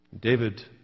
David